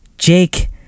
Jake